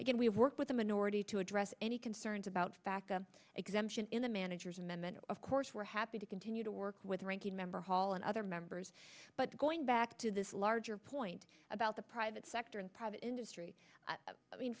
again we work with the minority to address any concerns about faca exemption in the manager's amendment of course we're happy to continue to work with ranking member hall and other members but going back to this larger point about the private sector and private industry i mean